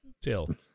till